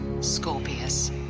Scorpius